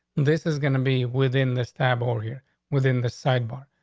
this is gonna be within this tab over here within the sidebar.